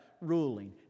ruling